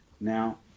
Now